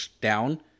down